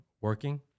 working